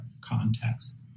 context